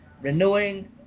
renewing